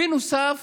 בנוסף